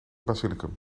basilicum